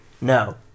no